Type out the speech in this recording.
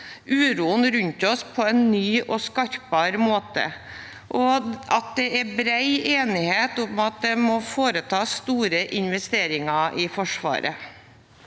uroen rundt oss på en ny og skarpere måte, og at det er bred enighet om at det må foretas store investeringer i Forsvaret.